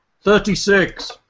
Thirty-six